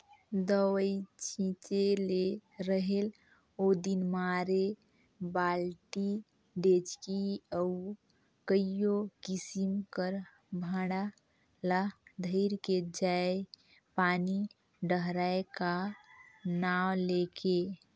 दवई छिंचे ले रहेल ओदिन मारे बालटी, डेचकी अउ कइयो किसिम कर भांड़ा ल धइर के जाएं पानी डहराए का नांव ले के